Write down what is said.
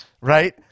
right